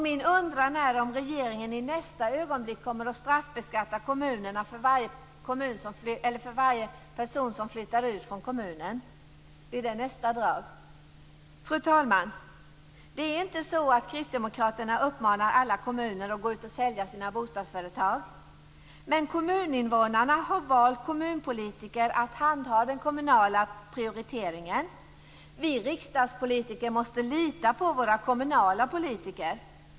Min undran är om regeringens nästa drag blir att straffbeskatta kommunerna för varje person som flyttar ut från dem. Fru talman! Det är inte så att kristdemokraterna uppmanar alla kommuner att gå ut och sälja sina bostadsföretag, men kommuninvånarna har valt kommunpolitiker för att handha den kommunala prioriteringen. Vi riksdagspolitiker måste lita på våra kommunala politiker.